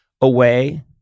away